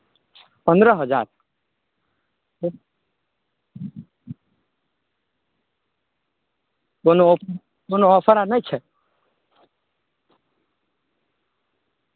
तेकरा बाद एखनो एखनो बिहारमे जे छै ओ कहै नहि छै बिहारमे बिहार स्टेट एहन छै जे पूरे